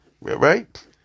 Right